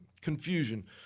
confusion